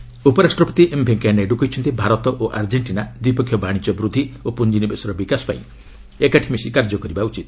Naidu Argentina ଉପରାଷ୍ଟ୍ରପତି M Venkaiah Naidu କହିଛନ୍ତି ଭାରତ ଓ ଆର୍ଜେଣ୍ଟିନା ଦ୍ୱିପକ୍ଷୀୟ ବାଣିଜ୍ୟ ବୃଦ୍ଧି ଓ ପୁଞ୍ଜିନିବେଶର ବିକାଶ ପାଇଁ ଏକାଠି ମିଶି କାର୍ଯ୍ୟ କରିବା ଉଚିତ